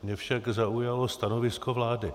Mě však zaujalo stanovisko vlády.